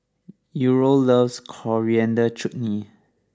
Uriel loves Coriander Chutney